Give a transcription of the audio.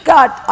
God